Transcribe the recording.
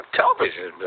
television